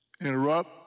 interrupt